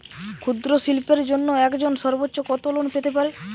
ক্ষুদ্রশিল্পের জন্য একজন সর্বোচ্চ কত লোন পেতে পারে?